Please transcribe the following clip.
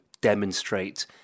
demonstrate